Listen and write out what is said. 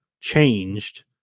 changed